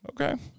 Okay